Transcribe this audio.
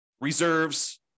reserves